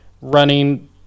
running